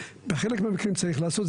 זה בחלק מהמקרים צריך לעשות.